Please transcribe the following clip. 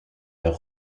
leur